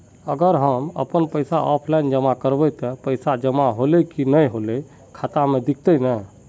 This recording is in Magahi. अगर हम अपन पैसा ऑफलाइन जमा करबे ते पैसा जमा होले की नय इ ते खाता में दिखते ने?